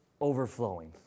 overflowing